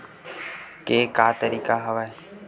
के का तरीका हवय?